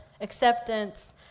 acceptance